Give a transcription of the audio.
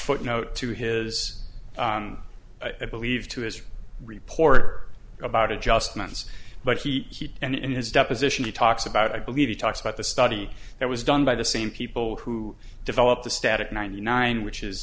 footnote to his i believe to his report about adjustments but he and his deposition he talks about i believe he talks about the study that was done by the same people who developed the static ninety nine which is